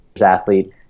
athlete